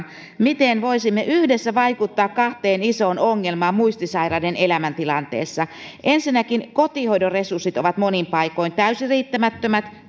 miten voisimme yhdessä vaikuttaa kahteen isoon ongelmaan muistisairaiden elämäntilanteessa ensinnäkin kotihoidon resurssit ovat monin paikoin täysin riittämättömät